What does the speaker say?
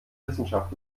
wissenschaft